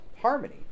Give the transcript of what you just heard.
harmony